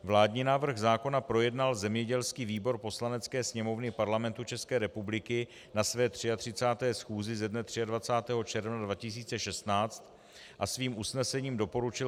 Vládní návrh zákona projednal zemědělský výbor Poslanecké sněmovny Parlamentu České republiky na své 33. schůzi ze dne 23. června 2016 a svým usnesením doporučil